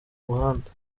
muhanda